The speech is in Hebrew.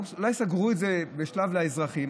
אולי סגרו את זה באיזה שלב לאזרחים,